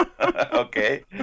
Okay